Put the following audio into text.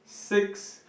six